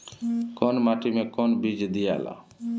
कौन माटी मे कौन बीज दियाला?